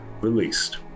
released